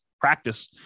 practice